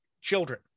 children